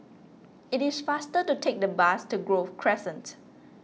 it is faster to take the bus to Grove Crescent